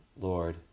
Lord